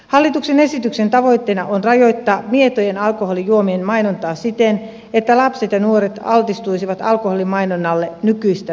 hallituksen esityksen tavoitteena on rajoittaa mietojen alkoholijuomien mainontaa siten että lapset ja nuoret altistuisivat alkoholin mainonnalle nykyistä vähemmän